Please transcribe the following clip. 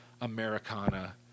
Americana